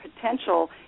potential